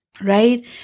Right